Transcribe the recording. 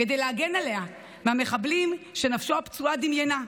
כדי להגן עליה מהמחבלים שנפשו הפצועה דמיינה.